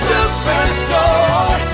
Superstore